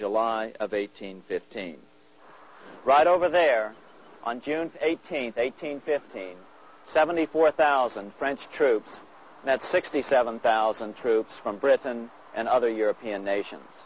july of eighteen fifteen right over there on june eighteenth eighteen fifteen seventy four thousand french troops that's sixty seven thousand troops from britain and other european nations